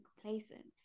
complacent